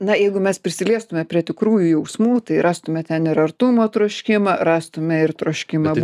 na jeigu mes prisiliestume prie tikrųjų jausmų tai rastume ten ir artumo troškimą rastume ir troškimą